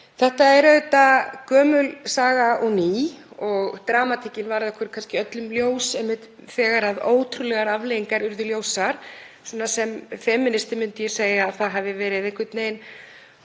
Þetta er auðvitað gömul saga og ný og dramatíkin varð okkur kannski öllum ljós einmitt þegar ótrúlegar afleiðingar urðu ljósar. Sem femínisti myndi ég segja að það hafi verið einhvern veginn